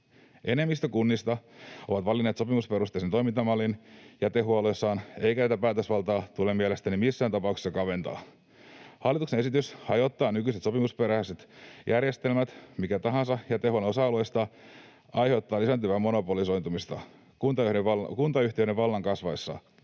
Enemmistö kunnista on valinnut sopimusperusteisen toimintamallin jätehuollossaan, eikä tätä päätösvaltaa tule mielestäni missään tapauksessa kaventaa. Hallituksen esitys hajottaa nykyiset sopimusperäiset järjestelmät. Mikä tahansa jätehuollon osa-alueista aiheuttaa lisääntyvää monopolisoitumista kuntayhtiöiden vallan kasvaessa.